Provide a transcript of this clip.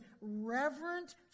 reverent